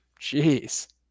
Jeez